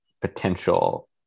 potential